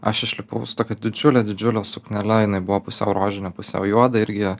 aš išlipau su tokia didžiule didžiule suknele jinai buvo pusiau rožinė pusiau juoda irgi